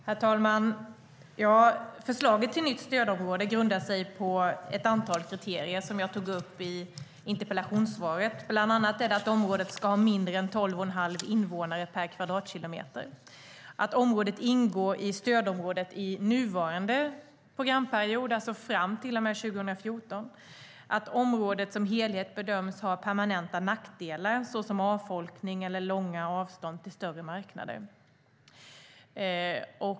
Herr talman! Förslaget till nytt stödområde grundar sig på ett antal kriterier som jag tog upp i interpellationssvaret. Bland annat ska området ha mindre än 12 1⁄2 invånare per kvadratkilometer, ingå i stödområdet i nuvarande programperiod, alltså fram till 2014, och som helhet bedömas ha permanenta nackdelar, såsom avfolkning eller långa avstånd till större marknader.